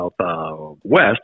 Southwest